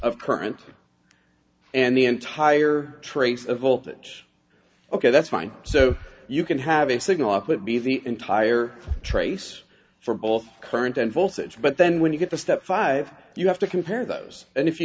of current and the entire trace of voltage ok that's fine so you can have a signal up but be the entire trace for both current and voltage but then when you get the step five you have to compare those and if you